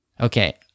Okay